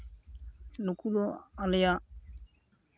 ᱱᱩᱠᱩ ᱫᱚ ᱟᱞᱮᱭᱟᱜ